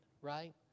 right